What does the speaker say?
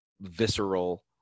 visceral